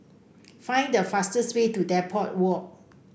find the fastest way to Depot Walk